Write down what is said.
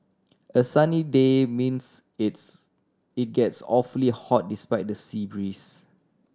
a sunny day means it's it gets awfully hot despite the sea breeze